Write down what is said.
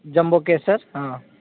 jumbo Kesar હા